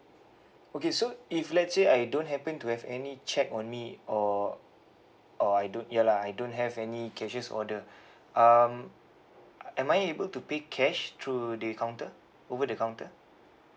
okay so if let's say I don't happen to have any cheque on me or or I don't ya lah I don't have any cashiers order um am I able to pay cash through the counter over the counter